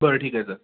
बरं ठीक आहे सर